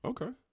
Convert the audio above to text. Okay